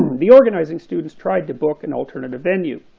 the organizing students tried to book an alternative venue,